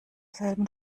selben